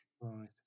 Right